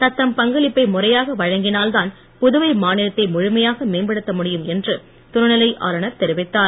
தத்தம் பங்களிப்பை முறையாக வழங்கிஞல்தான் புதுவை மாநிலத்தை முழுமையாக மேம்படுத்த முடியும் என்று துணைநிலை ஆளுனர் தெரிவித்தார்